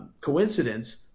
coincidence